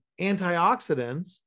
antioxidants